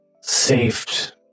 saved